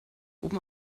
oben